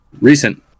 recent